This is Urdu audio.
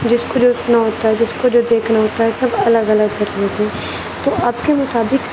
جس کو جو سننا ہوتا ہے جس کو جو دیکھنا ہوتا ہے وہ سب الگ الگ دیکھ لیتے ہیں تو اب کے مطابق